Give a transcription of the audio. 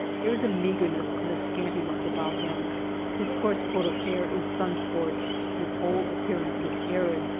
there is a meagreness and a scantiness about him his coarse coat of hair is sun-scorched, his whole appearance is arid,